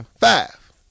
Five